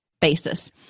basis